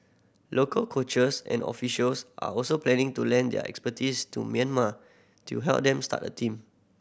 local coaches and officials are also planning to lend their expertise to Myanmar to help them start a team